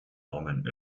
namen